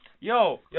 yo